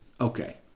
Okay